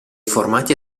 formati